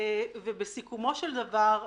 בסיכומו של דבר,